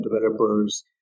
developers